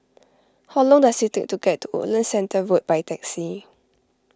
how long does it take to get to Woodlands Centre Road by taxi